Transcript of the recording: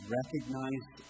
recognize